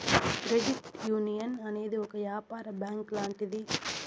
credit union అనేది ఒక యాపార బ్యాంక్ లాంటిది